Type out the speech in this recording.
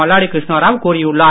மல்லாடி கிருஷ்ணா ராவ் கூறியுள்ளார்